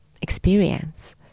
experience